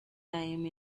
time